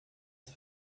ist